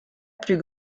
plus